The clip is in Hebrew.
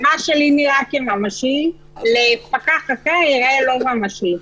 מה שלי שנראה כממשי לפקח אחר ייראה לא ממשי.